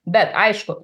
bet aišku